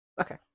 Okay